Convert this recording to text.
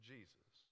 Jesus